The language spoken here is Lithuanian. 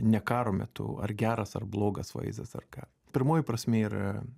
ne karo metu ar geras ar blogas vaizdas ar ką pirmoji prasmė yra